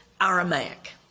Aramaic